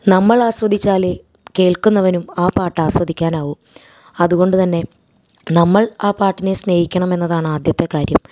നമ്മൾ ആസ്വദിച്ചാലേ കേൾക്കുന്നവനും ആ പാട്ട് ആസ്വദിക്കാനാവു അതുകൊണ്ടു തന്നെ നമ്മൾ ആ പാട്ടിനെ സ്നേഹിക്കണമെന്നതാണ് ആദ്യത്തെ കാര്യം